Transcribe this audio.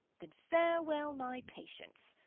then farewell my patience.